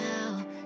now